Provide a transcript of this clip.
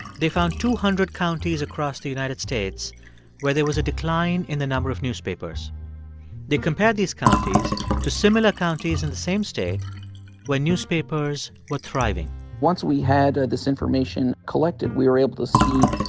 they found two hundred counties across the united states where there was a decline in the number of newspapers they compared these counties to similar counties in the same state where newspapers were thriving once we had this information collected, we were able to see,